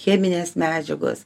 cheminės medžiagos